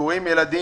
אנחנו רואים ילדים,